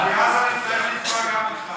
אל תצטט, כי אז אצטרך לתבוע גם אותך.